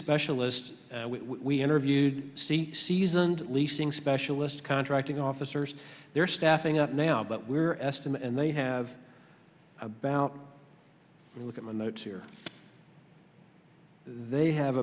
specialists we interviewed see seasoned leasing specialist contracting officers their staffing up now but we're estimate and they have about look at my notes here they have